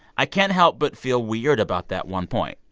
i can't help but feel weird about that one point,